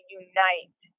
unite